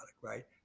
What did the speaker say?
right